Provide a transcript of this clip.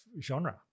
genre